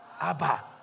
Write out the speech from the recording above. Abba